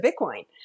Bitcoin